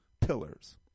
pillars